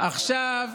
עכשיו,